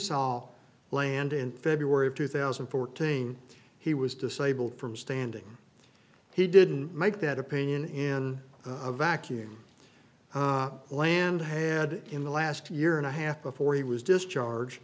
saw land in february of two thousand and fourteen he was disabled from standing he didn't make that opinion in a vacuum land had in the last year and a half before he was discharge